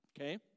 Okay